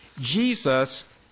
Jesus